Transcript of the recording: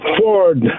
Ford